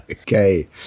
Okay